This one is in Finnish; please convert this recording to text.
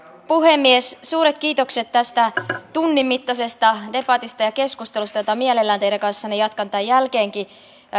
puhemies suuret kiitokset tästä tunnin mittaisesta debatista ja keskustelusta jota mielelläni teidän kanssanne jatkan tämän jälkeenkin